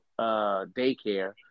daycare